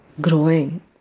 growing